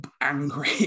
angry